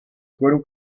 fueron